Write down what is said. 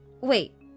Wait